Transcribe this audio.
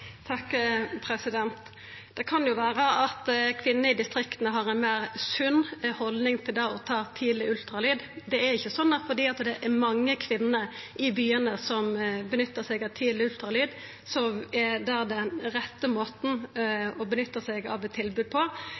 Det kan vera at kvinnene i distrikta har ei meir sunn haldning til det å ta tidleg ultralyd. Det er ikkje sånn at fordi det er mange kvinner i byane som nyttar seg av tidleg ultralyd, er det den rette måten å nytta seg av eit tilbod på.